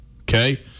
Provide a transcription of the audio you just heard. okay